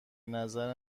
نظر